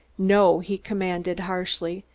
no, he commanded harshly,